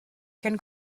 cyn